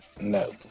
no